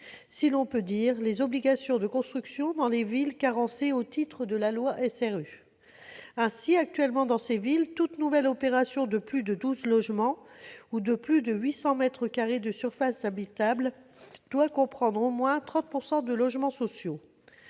si l'on peut dire, les obligations de construction dans les villes carencées au regard de la loi SRU. Actuellement, dans ces villes, toute nouvelle opération de plus de douze logements ou de plus de 800 mètres carrés de surface habitable doit comprendre au moins 30 % de logements sociaux.